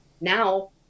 Now